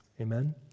Amen